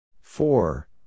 Four